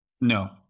No